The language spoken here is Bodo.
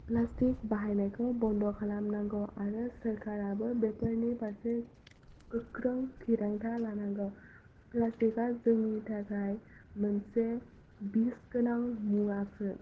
प्लास्टिक बाहायनायखौबो बन्द खालाम नांगौ आरो सरखाराबो बेफोरनि फारसे गोख्रों थिरांथा लानांगौ प्लास्टिकआ जोंनि थाखाय मोनसे बिस गोनां मुवासो